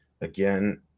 Again